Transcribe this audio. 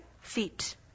feet